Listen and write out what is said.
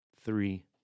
Three